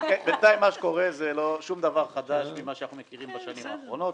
בינתיים מה שקורה זה שום דבר חדש ממה שאנחנו מכירים בשנים האחרונות.